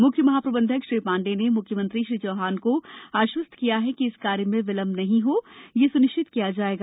म्ख्य महाप्रबंधक श्री पांडे ने मुख्यमंत्री श्री चौहान को आश्वस्त किया कि इस कार्य में विलंब नहीं हो यह सुनिश्चित किया जाएगा